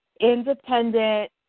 independent